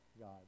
God